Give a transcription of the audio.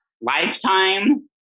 lifetime